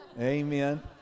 Amen